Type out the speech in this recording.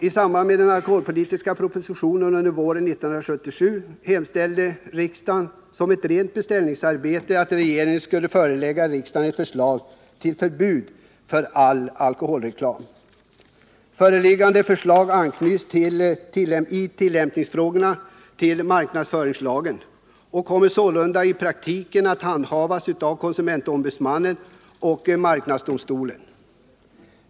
I samband med den alkoholpolitiska propositionen under våren 1977 hemställde riksdagen, som ett rent beställningsarbete, att Föreliggande förslag anknyts i tillämpningsfrågorna till marknadsföringslagen och kommer sålunda i praktiken att handhas av konsumentombudsmannen och marknadsdomstolen.